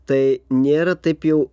tai nėra taip jau